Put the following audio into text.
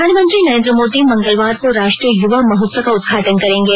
प्रधानमंत्री नरेन्द्र मोदी मंगलवार को राष्ट्रीय युवा महोत्सव का उद्घाटन करेंगे